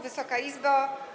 Wysoka Izbo!